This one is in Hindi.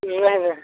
नहीं नहीं